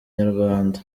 nyarwanda